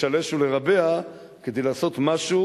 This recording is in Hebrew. לשלש ולרבע, כדי לעשות משהו.